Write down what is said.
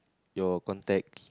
your contacts